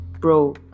Bro